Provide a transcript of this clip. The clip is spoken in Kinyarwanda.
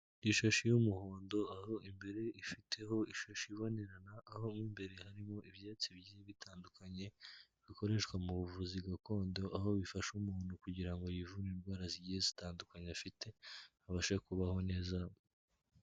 Ishashi y'umuhondo aho imbere ifiteho ishusho ibonerana, aho mo imbere harimo ibyatsi bigiye bitandukanye bikoreshwa mu buvuzi gakondo aho bifasha umuntu kugira ngo yivure indwara zigiye zitandukanye afite abashe kubaho neza.